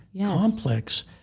complex